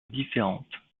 différentes